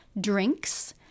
drinks